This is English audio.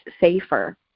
safer